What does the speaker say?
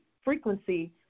Frequency